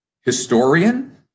historian